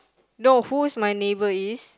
know who's my neighbour is